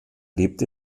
lebt